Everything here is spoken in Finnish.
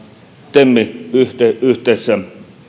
tem yhdessä